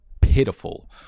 pitiful